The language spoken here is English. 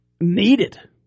needed